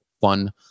fun